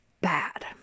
Bad